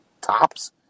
tops